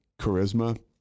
charisma